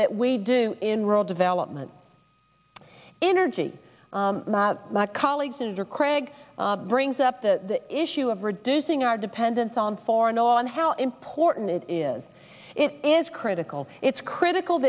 that we do in rural development energy my colleagues and your crag brings up the issue of reducing our dependence on foreign oil and how important it is it is critical it's critical